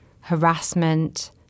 harassment